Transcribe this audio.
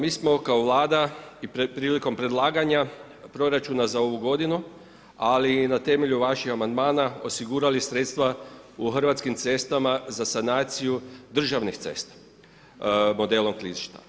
Mi smo kao Vlada i prilikom predlaganja proračuna za ovu godinu, ali i na temelju vaših amandmana osigurali sredstva u Hrvatskim cestama za sanaciju državnih cesta modelom klizišta.